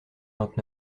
vingt